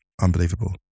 Unbelievable